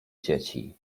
dzieci